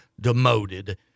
demoted